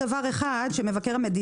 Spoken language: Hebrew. כל בר דעת יודע שהיא אינה